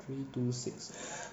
three two six